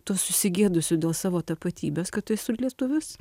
tuo susigėdusiu dėl savo tapatybės kad esu lietuvis